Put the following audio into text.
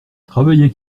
travaillait